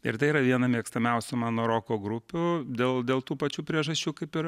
ir tai yra viena mėgstamiausių mano roko grupių dėl dėl tų pačių priežasčių kaip ir